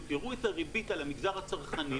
- תראו את הריבית על המגזר הצרכני,